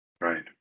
Right